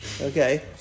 Okay